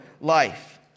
life